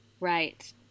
Right